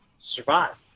Survive